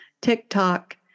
TikTok